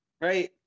right